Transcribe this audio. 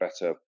better